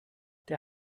der